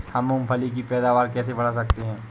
हम मूंगफली की पैदावार कैसे बढ़ा सकते हैं?